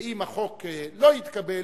ואם החוק לא יתקבל,